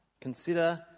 Consider